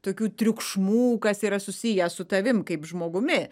tokių triukšmų kas yra susiję su tavim kaip žmogumi